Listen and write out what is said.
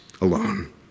alone